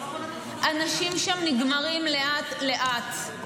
האנשים שם נגמרים לאט-לאט.